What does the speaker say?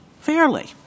fairly